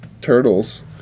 Turtles